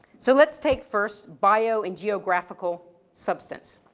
so let's take first bio and geographical substance.